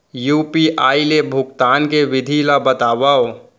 UPI ले भुगतान के विधि ला बतावव